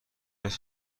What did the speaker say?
است